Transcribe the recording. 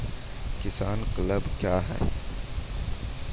किसान क्लब क्या हैं?